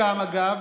אגב,